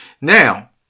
Now